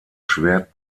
schwert